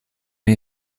may